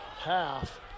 half